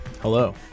Hello